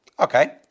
Okay